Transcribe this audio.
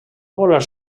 voler